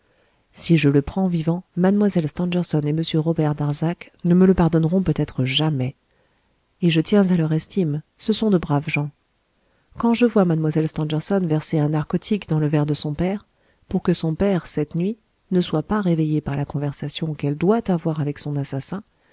si je le prends vivant mlle stangerson et m robert darzac ne me le pardonneront peut-être jamais et je tiens à leur estime ce sont de braves gens quand je vois mlle stangerson verser un narcotique dans le verre de son père pour que son père cette nuit ne soit pas réveillé par la conversation qu'elle doit avoir avec son assassin